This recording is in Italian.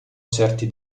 certi